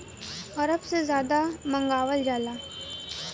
अरब से जादा मंगावल जाला